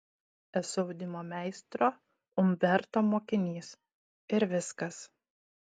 esu audimo meistro umberto mokinys ir viskas